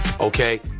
Okay